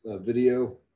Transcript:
video